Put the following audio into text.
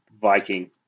Viking